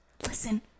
listen